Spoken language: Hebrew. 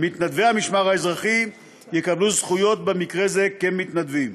מתנדבי המשמר האזרחי יקבלו זכויות במקרה זה כמתנדבים.